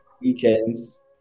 weekends